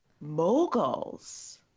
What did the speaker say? Moguls